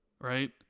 Right